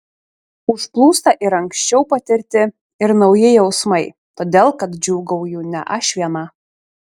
užplūsta ir anksčiau patirti ir nauji jausmai todėl kad džiūgauju ne aš viena